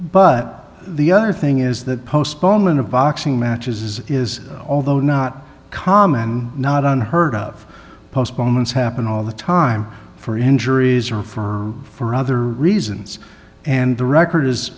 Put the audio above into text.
but the other thing is that postponement of boxing matches is although not common not unheard of postponements happen all the time for injuries or for for other reasons and the record is